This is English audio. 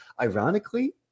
ironically